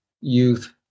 youth